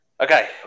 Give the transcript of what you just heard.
Okay